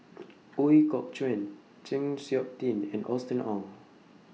Ooi Kok Chuen Chng Seok Tin and Austen Ong